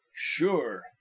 Sure